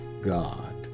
God